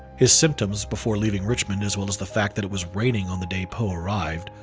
his symptoms before leaving richmond as well as the fact that it was raining on the day poe arrived,